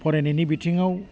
फरायनायनि बिथिङाव